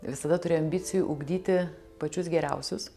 visada turi ambicijų ugdyti pačius geriausius